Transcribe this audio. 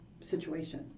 Situation